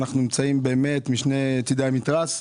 אנחנו נמצאים באמת משני צדי המתרס,